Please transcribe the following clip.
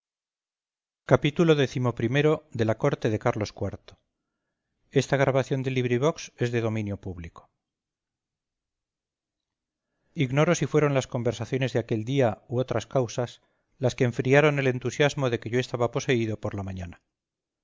xxvi xxvii xxviii la corte de carlos iv de benito pérez galdós ignoro si fueron las conversaciones de aquel día u otras causas las que enfriaron el entusiasmo de que yo estaba poseído por la mañana